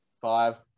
Five